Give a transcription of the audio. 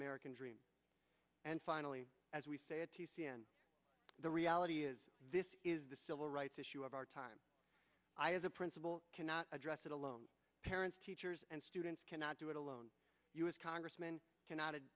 american dream and finally as we say it to c n n the reality is this is the civil rights issue of our time i as a principal cannot address it alone parents teachers and students cannot do it alone u s congressman cannot